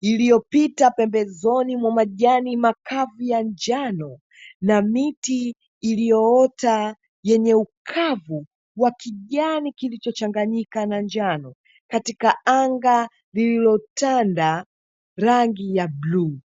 iliyopita pembezoni mwa majani makavu ya njano na miti iliyoota yenye ukavu wa kijani kilicho changanyika na njano, katika anga lililotanda rangi ya bluu.